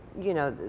you know,